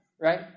right